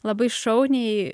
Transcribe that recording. labai šauniai